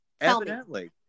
evidently